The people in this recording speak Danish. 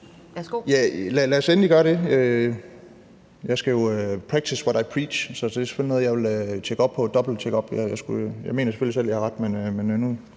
lad os endelig gøre det. Jeg skal jo practice what I preach, så det er selvfølgelig noget, jeg vil tjekke op på, dobbelttjekke op. Jeg mener jo selvfølgelig, at jeg selv har ret, men nu